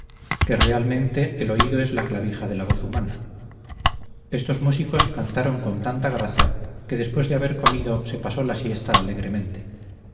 que realmente el oído es la clavija de la voz humana estos músicos cantaron con tanta gracia que después de haber comido se pasó la siesta alegremente